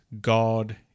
God